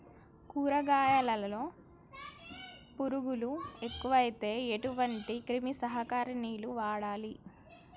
కూరగాయలలో పురుగులు ఎక్కువైతే ఎటువంటి క్రిమి సంహారిణి వాడాలి?